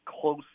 close